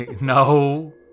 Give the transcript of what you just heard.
No